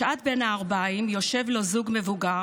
בשעת בין ערביים יושב לו זוג מבוגר,